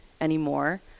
anymore